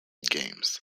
games